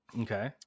Okay